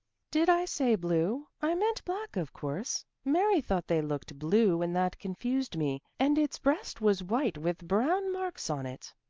did i say blue? i meant black of course. mary thought they looked blue and that confused me. and its breast was white with brown marks on it.